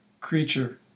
creature